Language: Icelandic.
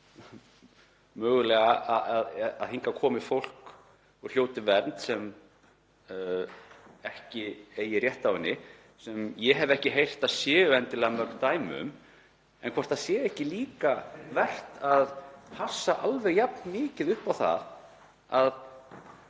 mögulega fólk og hljóti vernd sem ekki eigi rétt á henni, sem ég hef ekki heyrt að séu endilega mörg dæmi um, en hvort það sé ekki líka vert að passa alveg jafn mikið upp á að við